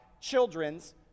children's